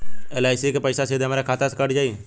LIC के पईसा सीधे हमरा खाता से कइसे कटी?